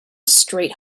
straight